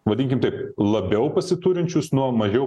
vadinkim taip labiau pasiturinčius nuo mažiau